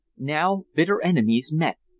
now bitter enemies, met.